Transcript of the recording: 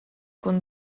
con